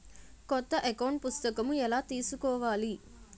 కొత్త అకౌంట్ పుస్తకము ఎలా తీసుకోవాలి?